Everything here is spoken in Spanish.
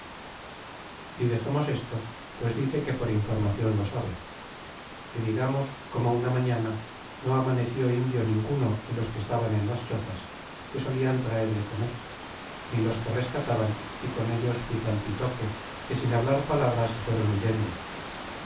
y dexernos esto pues dice que por informacion lo sabe y digamos como una mañana no amaneció indio ninguno de los que estaban en las chozas que solían traer de comer ni los que rescataban y con ellos pitalpitoque que sin hablar palabra se fueron huyendo